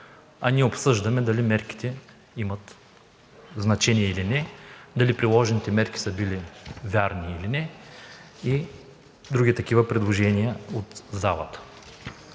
А ние обсъждаме дали мерките имат значение или не, дали приложените мерки са били верни или не и други такива предложения от залата.